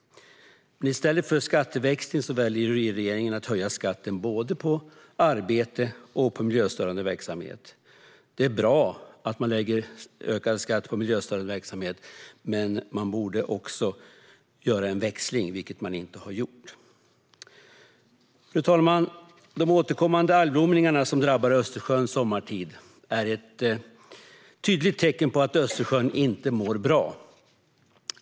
Men, i stället för skatteväxling väljer regeringen att höja skatten på både arbete och miljöstörande verksamhet. Det är bra med ökad skatt på miljöstörande verksamhet, men man borde också göra en växling, vilket man inte gör. Fru talman! De återkommande algblomningarna, som drabbar Östersjön sommartid, är ett tydligt tecken på att Östersjön inte mår bra.